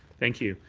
thank you.